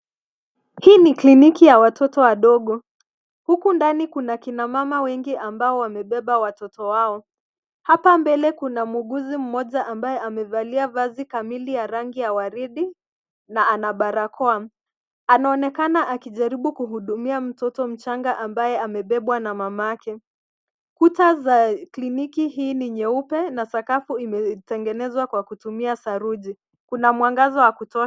Hii ni kliniki ya watoto wadogo. Huku ndani kuna kina mama wengi ambao wamebeba watoto wao. Hapa mbele kuna muuguzi mmoja ambaye amevalia vazi kamili ya rangi ya waridi, na ana barakoa. Anaonekana akijaribu kuhudumia mtoto mchanga ambaye amebebwa na mamake. Kuta za kliniki hii ni nyeupe na sakafu imetengenezwa kwa kutumia saruji. Kuna mwangaza wa kutosha.